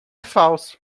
falso